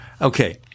Okay